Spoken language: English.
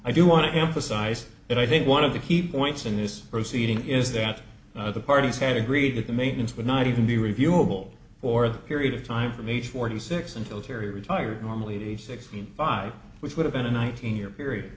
i do want to emphasize that i think one of the key points in this proceeding is that the parties have agreed that the maintenance would not even be reviewable for the period of time from age forty six until terry retired normally aged sixty five which would have been a nineteen year period